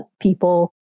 people